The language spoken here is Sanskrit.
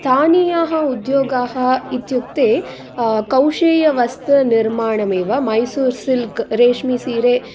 स्थानीयाः उद्योगाः इत्युक्ते कौशेय वस्त्र निर्माणम् एव मैसूर् सिल्क् रेशमि सीरे